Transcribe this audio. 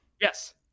Yes